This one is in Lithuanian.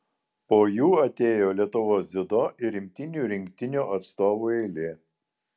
po jų atėjo lietuvos dziudo ir imtynių rinktinių atstovų eilė